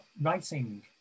writing